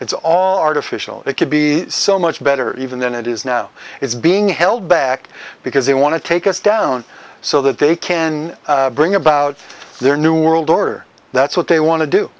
all artificial it could be so much better even than it is now it's being held back because they want to take us down so that they can bring about their new world order that's what they want to do